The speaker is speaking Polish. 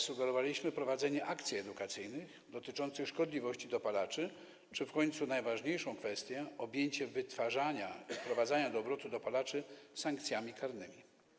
Sugerowaliśmy prowadzenie akcji edukacyjnych dotyczących szkodliwości dopalaczy czy w końcu najważniejszą kwestię: objęcie wytwarzania dopalaczy i wprowadzania ich do obrotu sankcjami karnymi.